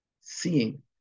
seeing